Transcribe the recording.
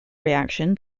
reaction